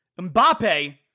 Mbappe